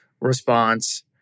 response